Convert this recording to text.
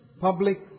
public